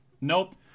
Nope